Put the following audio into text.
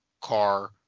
car